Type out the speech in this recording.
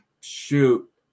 Shoot